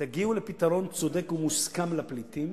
אם תגיעו לפתרון צודק ומוסכם לפליטים,